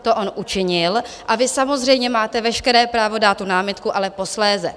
To on učinil a vy samozřejmě máte veškeré právo dát tu námitku, ale posléze.